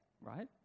right